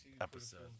episode